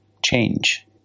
change